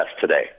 today